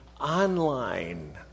online